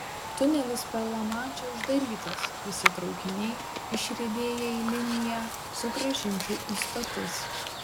tunelis per lamanšą uždarytas visi traukiniai išriedėję į liniją sugrąžinti į stotis